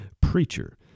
preacher